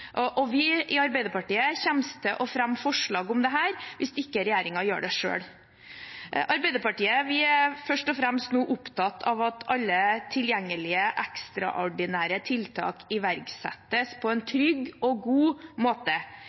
Vi i Arbeiderpartiet kommer til å fremme forslag om dette hvis ikke regjeringen gjør det selv. Arbeiderpartiet er først og fremst opptatt av at alle tilgjengelige ekstraordinære tiltak iverksettes på en trygg og god måte.